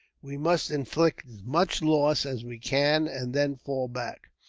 we must inflict as much loss as we can, and then fall back.